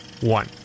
one